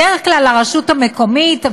בדרך כלל הרשות המקומית,